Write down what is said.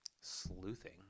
Sleuthing